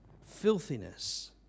filthiness